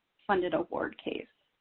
funded award case.